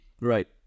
Right